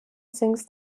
sings